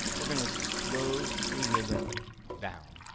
we're going to slow the rhythm down.